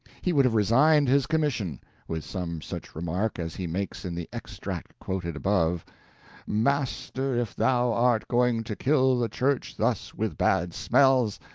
he would have resigned his commission with some such remark as he makes in the extract quoted above master, if thou art going to kill the church thus with bad smells,